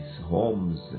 homes